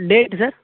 date sir